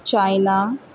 China